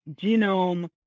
genome